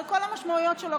על כל המשמעויות שלו,